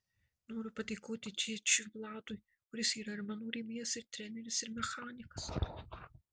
noriu padėkoti tėčiui vladui kuris yra ir mano rėmėjas ir treneris ir mechanikas